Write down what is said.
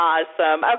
Awesome